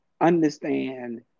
understand